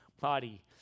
body